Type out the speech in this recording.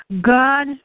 God